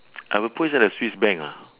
I will put inside the swiss bank ah